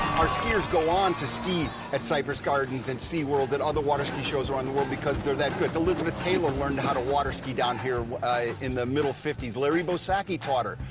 our skiers go on to ski at cypress gardens and sea world and other water ski shows around the world because they're that good. elizabeth taylor learned how to water ski down here in the middle fifty s. larry bosacki taught her,